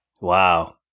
Wow